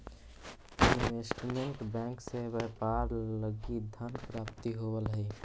investment bank से व्यापार लगी धन प्राप्ति होवऽ हइ